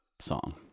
song